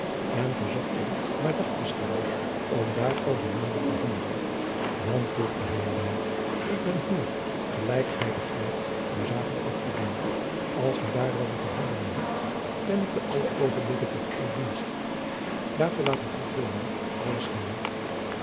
en verzocht hem maar dag te stellen om daarover nader te handelen want voegde hij er bij ik ben hier gelijk gij begrijpt om zaken af te doen als gij daarover te handelen hebt ben ik alle oogenblikken tot uw dienst daarvoor laat een goed hollander alles staan